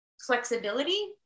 flexibility